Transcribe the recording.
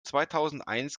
zweitausendeins